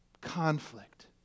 conflict